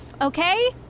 okay